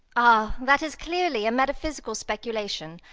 ah! that is clearly a metaphysical speculation,